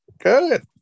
Good